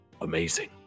amazing